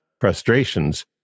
frustrations